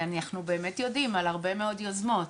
ואנחנו באמת יודעים על הרבה מאוד יוזמות.